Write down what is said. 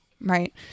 right